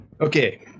Okay